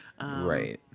Right